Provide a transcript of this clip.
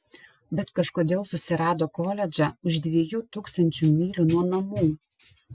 bet kažkodėl susirado koledžą už dviejų tūkstančių mylių nuo namų